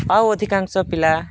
ଆଉ ଅଧିକାଂଶ ପିଲା